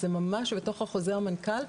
זה ממש בתוך חוזר מנכ"ל,